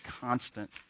constant